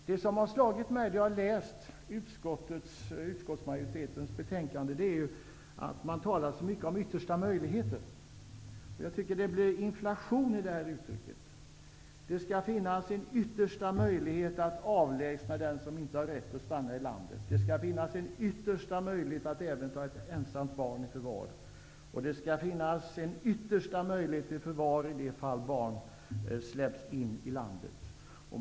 Det som har slagit mig, då jag har läst utskottsmajoritetens betänkande, är att man talar så mycket om yttersta möjligheten. Jag tycker att det blir inflation i det uttrycket. Det skall finnas en yttersta möjlighet att avlägsna den som inte har rätt att stanna i landet, det skall finnas en yttersta möjlighet att även ta ett ensamt barn i förvar, och det skall finnas en yttersta möjlighet till förvar i de fall barn har släppts in i landet.